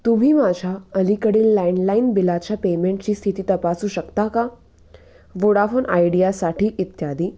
तुम्ही माझ्या अलीकडील लँडलाईन बिलाच्या पेमेंटची स्थिती तपासू शकता का वोडाफोन आयडियासाठी इत्यादी